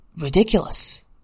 ridiculous